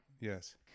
Yes